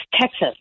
Texas